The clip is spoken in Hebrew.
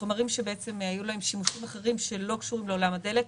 חומרים שהיו להם שימושים אחרים שלא קשורים לעולם הדלק,